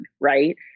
Right